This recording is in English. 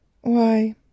Why